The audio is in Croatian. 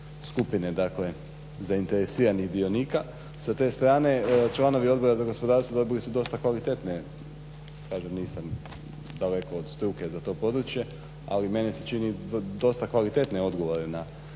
skupine zainteresiranih dionika sa te strane. Članovi Odbora za gospodarstvo dobili su dosta kvalitetne, kažem nisam daleko od struke za to područje, ali meni se čini dosta kvalitetne odgovore na